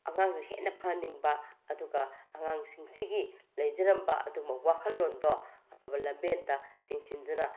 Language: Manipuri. ꯑꯉꯥꯡꯁꯤ ꯍꯦꯟꯅ ꯐꯍꯟꯅꯤꯡꯕ ꯑꯗꯨꯒ ꯑꯉꯥꯡꯁꯤꯡꯁꯤꯒꯤ ꯂꯩꯖꯔꯝꯕ ꯑꯗꯨꯒꯨꯝꯕ ꯋꯥꯈꯜꯂꯣꯟꯗꯣ ꯑꯐꯕ ꯂꯝꯕꯦꯟꯗ ꯆꯤꯡꯁꯤꯟꯗꯨꯅ